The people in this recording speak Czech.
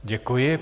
Děkuji.